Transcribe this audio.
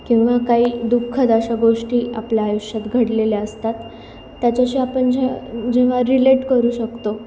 किंवा काही दुःखद अशा गोष्टी आपल्या आयुष्यात घडलेल्या असतात त्याच्याशी आपण जे जेव्हा रिलेट करू शकतो